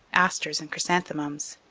asters and chrysanthemums.